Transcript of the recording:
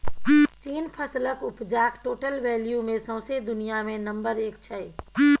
चीन फसलक उपजाक टोटल वैल्यू मे सौंसे दुनियाँ मे नंबर एक छै